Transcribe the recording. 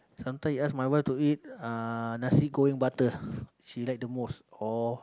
sometime she ask my wife to eat uh nasi-goreng-butter she like the most or